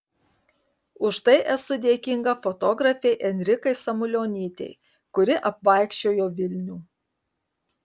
už tai esu dėkinga fotografei enrikai samulionytei kuri apvaikščiojo vilnių